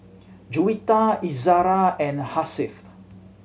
Juwita Izzara and Hasif